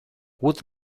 would